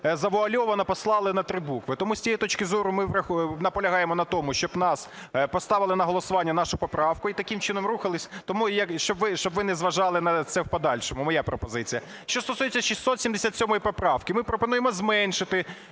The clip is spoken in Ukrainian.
завуальовано послали на три букви. Тому з цієї точки зору ми наполягаємо на тому, щоб поставили на голосування нашу поправку і таким чином рухалися. Тому, щоб ви не зважали на це в подальшому моя пропозиція. Що стосується 677. Ми пропонуємо зменшити